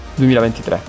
2023